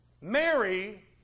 Mary